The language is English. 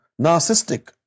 narcissistic